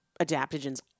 adaptogens